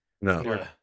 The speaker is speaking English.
No